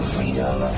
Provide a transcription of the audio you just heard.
Freedom